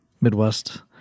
Midwest